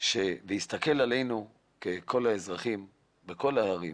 שלא צריך להסתכל עלינו, כל האזרחים בכל הערים,